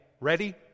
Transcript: Ready